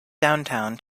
downtown